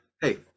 hey